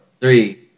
three